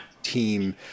team